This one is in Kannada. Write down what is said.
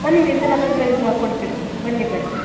ಬನ್ನಿ ರೀಸನೇಬಲ್ ಪ್ರೈಸ್ಗೆ ಹಾಕ್ಕೊಡ್ತೀವಿ ಬನ್ನಿ ಬನ್ನಿ